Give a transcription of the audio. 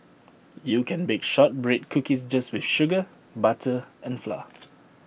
you can bake Shortbread Cookies just with sugar butter and flour